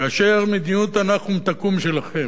כאשר מדיניות ה"נחום תקום" שלכם,